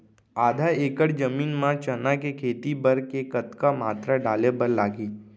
आधा एकड़ जमीन मा चना के खेती बर के कतका मात्रा डाले बर लागही?